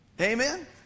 Amen